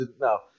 No